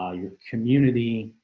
ah your community,